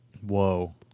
Whoa